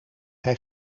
hij